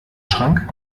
schrank